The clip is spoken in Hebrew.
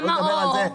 למה או או?